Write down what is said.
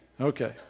Okay